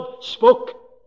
spoke